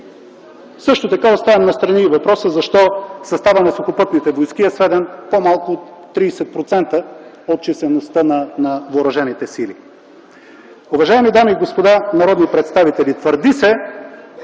Също така оставям настрана и въпроса защо съставът на Сухопътните войски е сведен по-малко от 30% от числеността на въоръжените сили?